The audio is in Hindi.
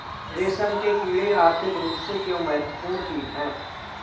रेशम के कीड़े आर्थिक रूप से क्यों महत्वपूर्ण कीट हैं?